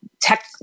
tech